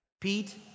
Pete